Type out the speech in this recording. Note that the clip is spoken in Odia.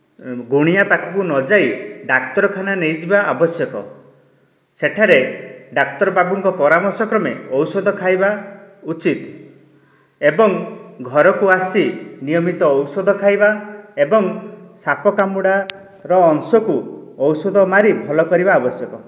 ଗୁଣିଆ ପାଖକୁ ନଯାଇ ଡାକ୍ତରଖାନା ନେଇଯିବା ଆବଶ୍ୟକ ସେଠାରେ ଡାକ୍ତର ବାବୁଙ୍କ ପରାମର୍ଶ କ୍ରମେ ଔଷଧ ଖାଇବା ଉଚିତ ଏବଂ ଘରକୁ ଆସି ନିୟମିତ ଔଷଧ ଖାଇବା ଏବଂ ସାପ କାମୁଡ଼ାର ଅଂଶକୁ ଔଷଧ ମାରି ଭଲ କରିବା ଆବଶ୍ୟକ